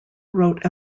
wrote